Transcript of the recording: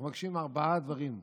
אנחנו מבקשים ארבעה דברים,